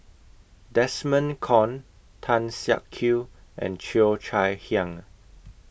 Desmond Kon Tan Siak Kew and Cheo Chai Hiang